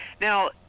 now